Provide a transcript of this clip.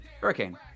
Hurricane